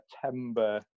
september